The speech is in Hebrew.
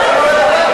הוא שואל אותך.